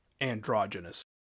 androgynous